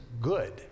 good